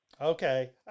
Okay